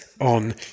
on